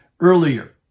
Earlier